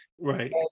Right